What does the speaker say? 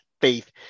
faith